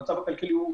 המצב הכלכלי מאוד